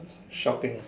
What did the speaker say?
shouting